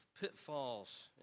pitfalls